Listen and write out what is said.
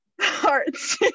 hearts